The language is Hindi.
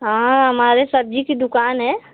हाँ हमारे सब्जी की दुकान हैं